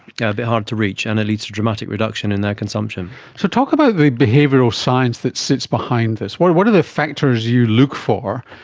yeah bit harder to reach and it leads to dramatic reduction in their consumption. so talk about the behavioural science that sits behind this. what are what are the factors you look for,